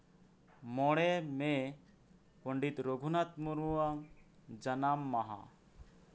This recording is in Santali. ᱢᱚᱬᱮ ᱢᱮ ᱯᱚᱱᱰᱤᱛ ᱨᱚᱜᱷᱩᱱᱟᱛᱷ ᱢᱩᱨᱢᱩ ᱟᱜ ᱡᱟᱱᱟᱢ ᱢᱟᱦᱟ